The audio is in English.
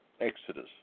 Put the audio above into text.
Exodus